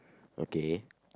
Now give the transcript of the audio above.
okay